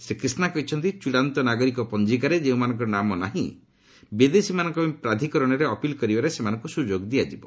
ଶ୍ରୀ କ୍ରିଷ୍ଣା କହିଛନ୍ତି ଚଡ଼ାନ୍ତ ନାଗରିକ ପଞ୍ଜିକାରେ ଯେଉଁମାନଙ୍କର ନାମ ନାହିଁ ବିଦେଶୀମାନଙ୍କପାଇଁ ପ୍ରାଧକରଣରେ ଅପିଲ୍ କରିବାରେ ସେମାନଙ୍କୁ ସୁଯୋଗ ଦିଆଯିବ